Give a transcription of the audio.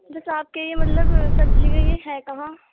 جیسے آپ کے یہ مطلب سبزی کا یہ ہے کہاں